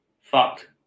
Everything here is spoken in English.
fucked